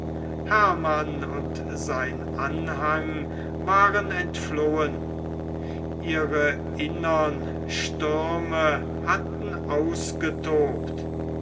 hermann und sein anhang waren entflohen ihre innern stürme hatten ausgetobt